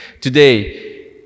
Today